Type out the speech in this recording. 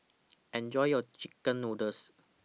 Enjoy your Chicken Noodles